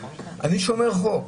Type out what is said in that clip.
אני שומר חוק,